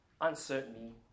uncertainty